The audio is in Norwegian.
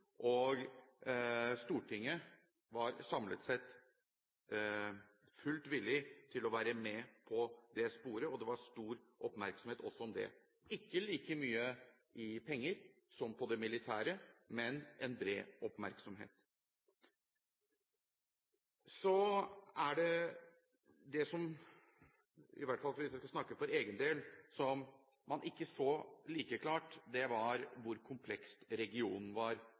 Stortinget var samlet sett fullt ut villig til å være med på det sporet, og det var stor oppmerksomhet også om det, ikke like mye om penger som om det militære, men det var bred oppmerksomhet. Hvis jeg skal snakke for egen del, så man ikke like klart hvor kompleks regionen var, og hvor